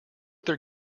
their